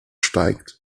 steigt